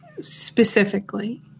specifically